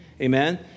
amen